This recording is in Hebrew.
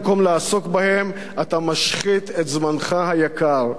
אתה משחית את זמנך היקר במשא-ומתן עם